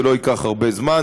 זה לא ייקח הרבה זמן,